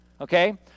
Okay